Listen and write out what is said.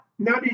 Now